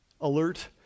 alert